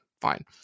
fine